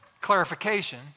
clarification